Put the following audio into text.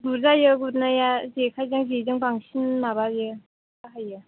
गुरजायो गुरनाया जेखाइजों जेजों बांसिन माबायो बाहायो